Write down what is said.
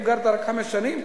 אם גרת רק חמש שנים,